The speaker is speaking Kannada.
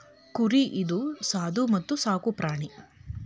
ಕುರಿ ಇದು ಸಾದು ಮತ್ತ ಸಾಕು ಪ್ರಾಣಿ